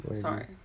Sorry